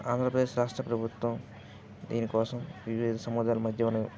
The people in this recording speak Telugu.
ఆంధ్రప్రదేశ్ రాష్ట్ర ప్రభుత్వం దీనికోసం వివిధ సముదాల మధ్యమన